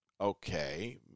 Okay